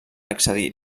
accedir